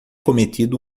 cometido